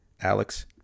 Alex